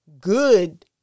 good